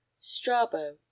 Strabo